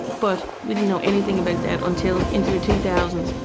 but we didn't know anything about that until into the two thousand